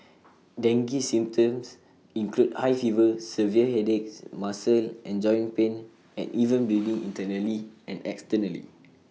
dengue symptoms include high fever severe headaches muscle and joint pain and even bleeding internally and externally